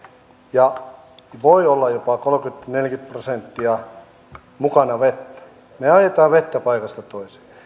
ja voi olla jopa kolmekymmentä viiva neljäkymmentä prosenttia vettä mukana me ajamme vettä paikasta toiseen